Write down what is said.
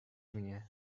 mnie